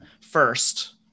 first